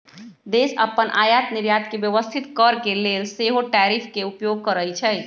देश अप्पन आयात निर्यात के व्यवस्थित करके लेल सेहो टैरिफ के उपयोग करइ छइ